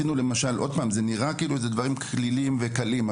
זה נראה כאילו שאלה דברים קלילים וקלים,